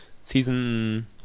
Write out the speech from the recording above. Season